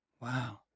Wow